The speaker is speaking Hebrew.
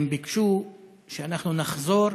והם ביקשו שאנחנו נחזור